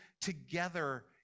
together